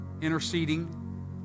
interceding